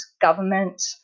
government